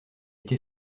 été